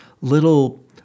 little